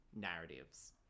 narratives